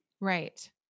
Right